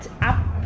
up